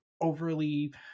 overly